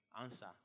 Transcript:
Answer